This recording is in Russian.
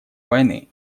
войны